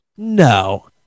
No